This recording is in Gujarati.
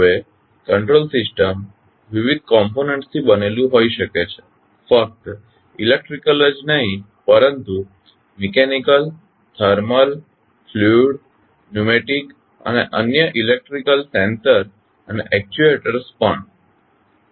હવે કંટ્રોલ સિસ્ટમ વિવિધ કોમ્પોનન્ટ્સ થી બનેલું હોઈ શકે છે ફક્ત ઇલેક્ટ્રીકલ જ નહીં પરંતુ મિકેનીકલ થર્મલ ફ્લ્યુઇડ ન્યુમેટીક અને અન્ય ઇલેક્ટ્રીકલ સેન્સર અને એક્ચ્યુએટર્સ પણ